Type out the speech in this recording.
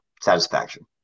satisfaction